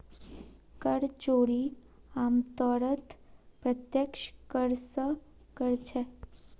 कर चोरी आमतौरत प्रत्यक्ष कर स कर छेक